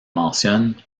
mentionne